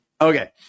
Okay